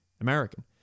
American